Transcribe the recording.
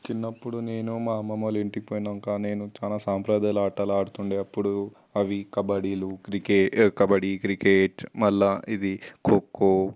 చిన్నప్పుడు నేను మా అమ్మమ్మ వాళ్ళ ఇంటికి పోయినాక నేను చాలా సాంప్రదాయ ఆటలు ఆడుతు ఉండే అప్పుడు అవి కబడ్డీలు క్రికె కబడ్డీ క్రికెట్ మళ్ళా ఇది ఖోఖో